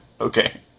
Okay